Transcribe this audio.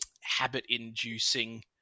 habit-inducing